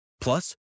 Plus